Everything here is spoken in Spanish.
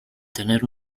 tener